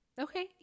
Okay